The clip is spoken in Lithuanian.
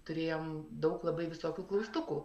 turėjom daug labai visokių klaustukų